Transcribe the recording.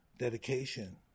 dedication